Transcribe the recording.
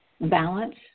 balance